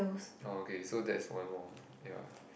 oh okay so that's one more ya